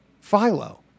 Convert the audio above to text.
Philo